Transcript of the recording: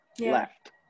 left